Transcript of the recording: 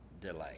delay